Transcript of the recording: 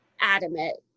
adamant